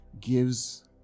gives